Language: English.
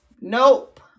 nope